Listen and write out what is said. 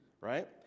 right